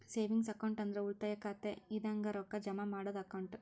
savings account ಅಂದ್ರ ಉಳಿತಾಯ ಖಾತೆ ಇದಂಗ ರೊಕ್ಕಾ ಜಮಾ ಮಾಡದ್ದು ಅಕೌಂಟ್